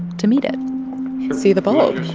to meet it see the bulb